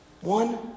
One